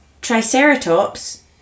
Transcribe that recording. Triceratops